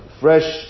fresh